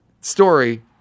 story